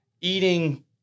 eating